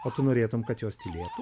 o tu norėtum kad jos tylėtų